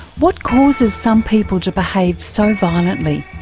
what causes some people to behave so violently?